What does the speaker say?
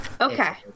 okay